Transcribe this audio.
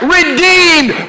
redeemed